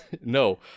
No